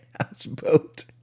Houseboat